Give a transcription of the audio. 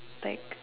like